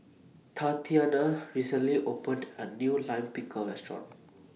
Tatiana recently opened A New Lime Pickle Restaurant